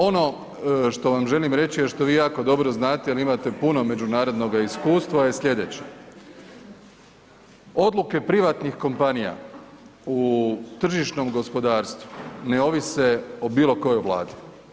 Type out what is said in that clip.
Ono što vam želim reći i što vi jako dobro znate jel imate puno međunarodnoga iskustva je sljedeće, odluke privatnih kompanija u tržišnom gospodarstvu ne ovise o bilo kojoj vladi.